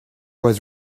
was